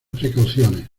precauciones